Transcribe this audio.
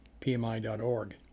PMI.org